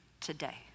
today